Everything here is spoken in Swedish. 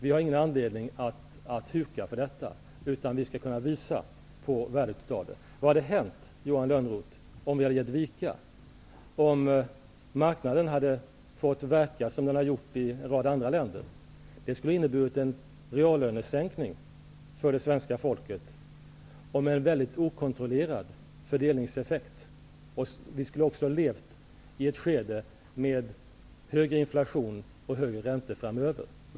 Vi har ingen anledning att huka för det, utan vi skall kunna visa på värdet därav. Vad hade hänt, Johan Lönnroth, om vi hade gett vika, om marknaden hade fått verka som den har gjort i en rad andra länder? Det skulle ha inneburit en reallönesänkning för det svenska folket med en väldigt okontrollerad fördelningseffekt. Vi skulle också ha upplevt ett skede med högre inflation och högre räntor framöver.